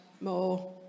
more